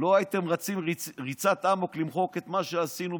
הייתם רצים ריצת אמוק למחוק את מה שעשינו,